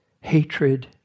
hatred